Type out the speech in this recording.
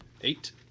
Eight